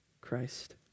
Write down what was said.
Christ